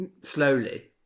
slowly